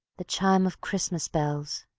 the chime of christmas bells,